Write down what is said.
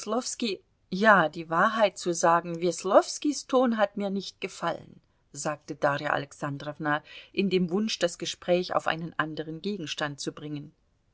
ja die wahrheit zu sagen weslowskis ton hat mir nicht gefallen sagte darja alexandrowna in dem wunsch das gespräch auf einen andern gegenstand zu bringen